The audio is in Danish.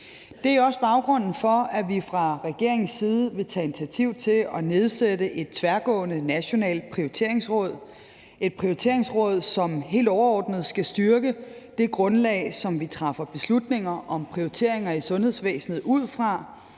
Det er også baggrunden for, at vi fra regeringens side vil tage initiativ til at nedsætte et tværgående nationalt prioriteringsråd, som helt overordnet skal styrke det grundlag, som vi træffer beslutninger om prioriteringer i sundhedsvæsenet ud fra.